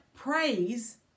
praise